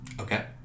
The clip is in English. Okay